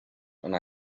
and